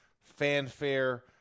fanfare